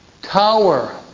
Tower